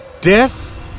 Death